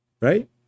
Right